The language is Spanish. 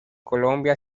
colombia